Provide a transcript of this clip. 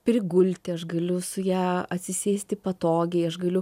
prigulti aš galiu su ja atsisėsti patogiai aš galiu